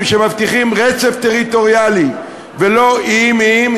שמבטיחים רצף טריטוריאלי ולא איים-איים,